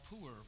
poor